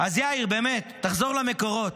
אז יאיר, באמת, תחזור למקורות,